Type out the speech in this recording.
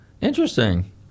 Interesting